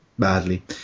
Badly